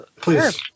Please